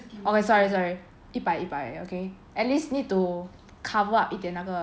okay sorry sorry 一百一百 okay at least need to cover up 一点那个